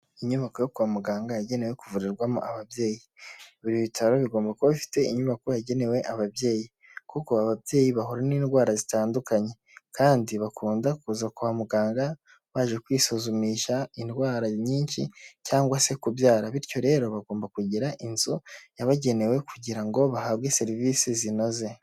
Inyubako yo kwa muganga yagenewe kuvurirwamo ababyeyi buri bitaro bigomba kuba bifite inyubako yagenewe ababyeyi kuko ababyeyi bahura n'indwara zitandukanye kandi bakunda kuza kwa muganga baje kwisuzumisha indwara nyinshi cyangwa se kubyara bityo rero bagomba kugira inzu yabagenewe kugira ngo bahabwe serivisi zinoze.